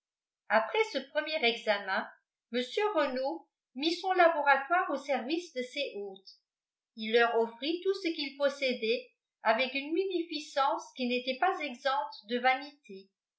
après ce premier examen mr renault mit son laboratoire au service de ses hôtes il leur offrit tout ce qu'il possédait avec une munificence qui n'était pas exempte de vanité